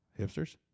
Hipsters